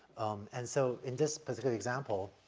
um, and so in this particular example,